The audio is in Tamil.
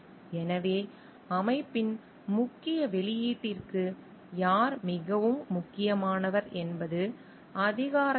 எனவே அமைப்பின் முக்கிய வெளியீட்டிற்கு யார் மிகவும் முக்கியமானவர் என்பது அதிகாரத்திற்கு மிகவும் நெருக்கமானது